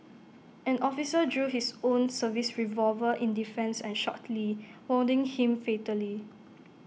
an officer drew his own service revolver in defence and shot lee wounding him fatally